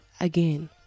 again